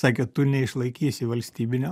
sakė tu neišlaikysi valstybinio